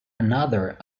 another